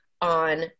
on